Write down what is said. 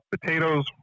potatoes